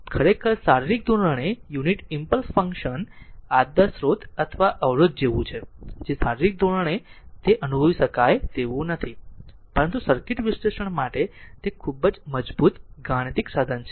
ખરેખર શારીરિક ધોરણે યુનિટ ઈમ્પલસ ફંક્શન આદર્શ સ્રોત અથવા અવરોધ જેવું છે જે શારીરિક ધોરણે તે અનુભવી શકાય તેવું નથી પરંતુ સર્કિટ વિશ્લેષણ માટે તે એક ખૂબ જ મજબૂત ગાણિતિક સાધન છે